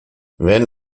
wenn